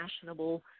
fashionable